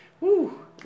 Woo